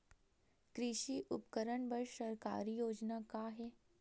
कृषि उपकरण बर सरकारी योजना का का हे?